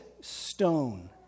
stone